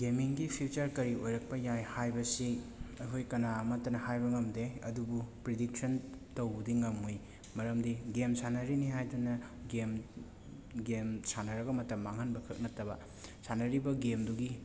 ꯒꯦꯃꯤꯡꯒꯤ feature ꯀꯔꯤ ꯑꯣꯏꯔꯛꯄ ꯌꯥꯏ ꯍꯥꯏꯕꯁꯤ ꯑꯩꯈꯣꯏ ꯀꯅꯥ ꯑꯃꯇꯅ ꯍꯥꯏꯕ ꯉꯝꯗꯦ ꯑꯗꯨꯕꯨ ꯄ꯭ꯔꯤꯗꯤꯛꯁꯟ ꯇꯧꯕꯗꯤ ꯉꯝꯃꯤ ꯃꯔꯝꯗꯤ ꯒꯦꯝ ꯁꯥꯟꯅꯔꯤꯅꯤ ꯍꯥꯏꯗꯨꯅ ꯒꯦꯝ ꯒꯦꯝ ꯁꯥꯟꯅꯔꯒ ꯃꯇꯝ ꯃꯥꯡꯍꯟꯕ ꯈꯛ ꯅꯠꯇꯕ ꯁꯥꯟꯅꯔꯤꯕ ꯒꯦꯝꯗꯨꯒꯤ